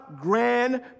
grand